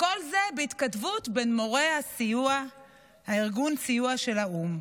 כל זה בהתכתבות בין מורי ארגון הסיוע של האו"ם.